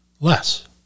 Less